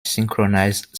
synchronized